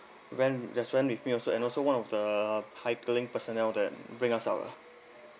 went just went with me also and also one of the hiking personnel that bring us uh